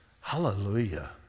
Hallelujah